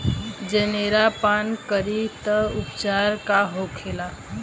जनेरा पान करी तब उपचार का होखेला?